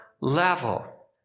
level